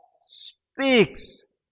Speaks